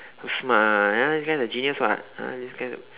so smart ah ya this guy a genius [what] ah this guy is a